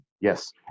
Yes